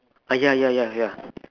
uh ya ya ya ya